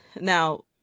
Now